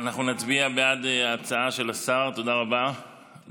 אנחנו נצביע בעד ההצעה של השר להעביר את